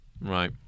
Right